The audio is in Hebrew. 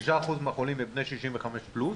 הם בני 65 פלוס.